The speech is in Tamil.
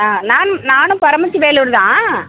ஆ நானும் நானும் பரமத்தி வேலூர் தான்